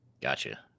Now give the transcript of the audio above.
Gotcha